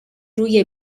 روی